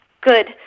Good